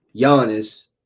Giannis